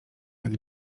jak